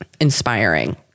inspiring